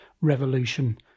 revolution